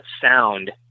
sound